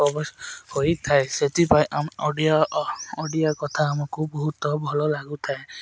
ହୋଇଥାଏ ସେଥିପାଇଁ ଆମ୍ ଓଡ଼ିଆ ଓଡ଼ିଆ କଥା ଆମକୁ ବହୁତ ଭଲ ଲାଗୁଥାଏ